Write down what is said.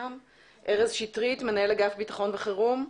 ארז שיטרית, מנהל אגף ביטחון וחירום.